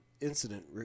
incident